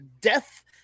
death